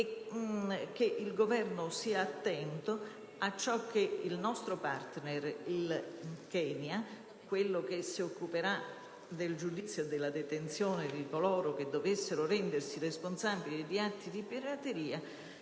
che il Governo vigili affinché il nostro partner, il Kenya, il Paese che si occuperà del giudizio e della detenzione di coloro che dovessero rendersi responsabili di atti di pirateria,